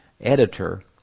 editor